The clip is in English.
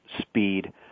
speed